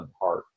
heart